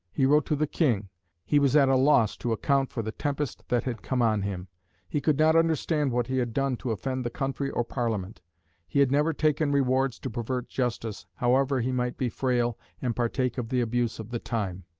he wrote to the king he was at a loss to account for the tempest that had come on him he could not understand what he had done to offend the country or parliament he had never taken rewards to pervert justice, however he might be frail, and partake of the abuse of the time.